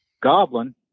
Goblin